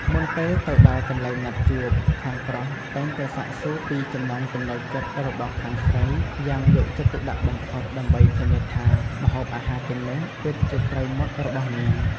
មុនពេលទៅដល់កន្លែងណាត់ជួប ខាងប្រុសតែងតែសាកសួរពីចំណង់ចំណូលចិត្តរបស់ខាងស្រីយ៉ាងយកចិត្តទុកដាក់បំផុត ដើម្បីធានាថាម្ហូបអាហារទាំងនោះពិតជាត្រូវមាត់របស់នាង។